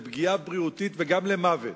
לפגיעה בריאותית וגם למוות.